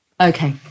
Okay